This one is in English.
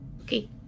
Okay